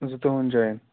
زٕتوہَن جاین